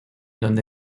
donde